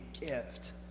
gift